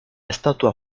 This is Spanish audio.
estatua